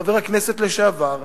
חבר הכנסת לשעבר,